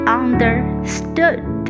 understood